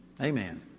Amen